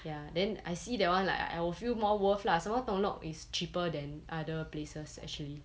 ya then I see that one like I will feel more worth lah some more tung lok is cheaper than other places actually